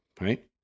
right